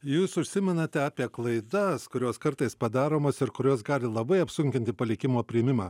jūs užsimenate apie klaidas kurios kartais padaromos ir kurios gali labai apsunkinti palikimo priėmimą